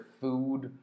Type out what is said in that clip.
food